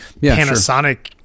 Panasonic